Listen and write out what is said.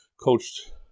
coached